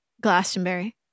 Glastonbury